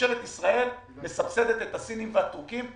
שממשלת ישראל מסבסדת את הסינים והתורכים.